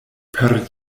per